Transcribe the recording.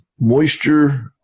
moisture